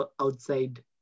outside